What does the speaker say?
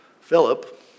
Philip